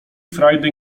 frajdy